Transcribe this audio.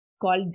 called